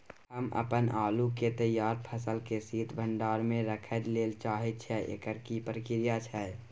हम अपन आलू के तैयार फसल के शीत भंडार में रखै लेल चाहे छी, एकर की प्रक्रिया छै?